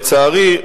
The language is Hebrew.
לצערי,